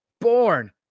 born